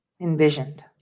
envisioned